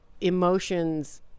emotions